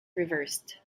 reversed